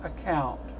account